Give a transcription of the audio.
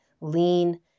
lean